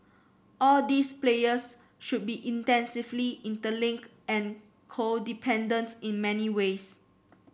all these players should be intensively interlink and codependent in many ways